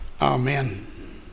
Amen